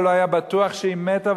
ולא היה בטוח שהיא מתה,